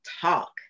talk